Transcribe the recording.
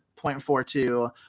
0.42